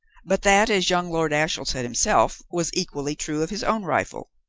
but that, as young lord ashiel said himself, was equally true of his own rifle,